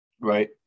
right